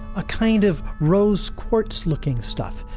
a kind of rose quartz looking stuff,